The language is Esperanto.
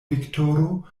viktoro